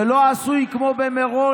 זה לא עשוי כמו במירון,